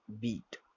beat